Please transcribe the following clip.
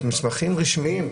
מסמכים רשמיים.